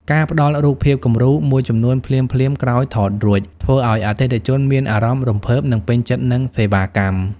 ការផ្ដល់រូបភាពគំរូ មួយចំនួនភ្លាមៗក្រោយថតរួច ធ្វើឱ្យអតិថិជនមានអារម្មណ៍រំភើប និងពេញចិត្តនឹងសេវាកម្ម។